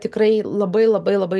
tikrai labai labai labai